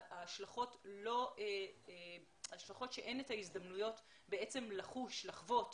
ההשלכות שאין את ההזדמנויות לחוש ולחוות